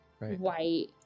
white